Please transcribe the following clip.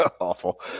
awful